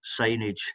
signage